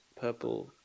Purple